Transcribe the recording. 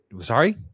Sorry